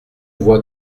voit